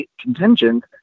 contingent